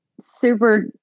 super